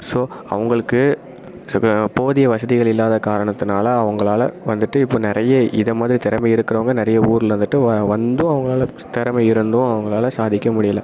so அவங்களுக்கு போதிய வசதிகள் இல்லாத காரணத்துனால் அவங்களால வந்துவிட்டு இப்போ நிறைய இதை மாதிரி திறமை இருக்கறவங்க நிறைய ஊரில் வந்துவிட்டு வா வந்தும் அவங்களால ஸ் திறமை இருந்தும் அவங்களால சாதிக்க முடியிலை